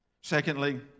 Secondly